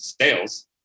sales